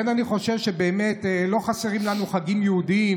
אני חושב שבאמת לא חסרים לנו חגים יהודיים